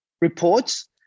reports